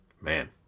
Man